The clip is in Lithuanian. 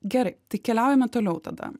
gerai tai keliaujame toliau tada